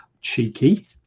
Cheeky